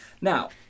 Now